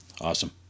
Awesome